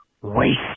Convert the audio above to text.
waste